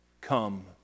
Come